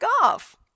golf